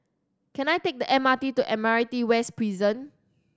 can I take the M R T to Admiralty West Prison